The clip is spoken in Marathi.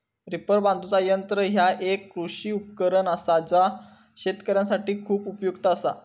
रीपर बांधुचा यंत्र ह्या एक कृषी उपकरण असा जा शेतकऱ्यांसाठी खूप उपयुक्त असा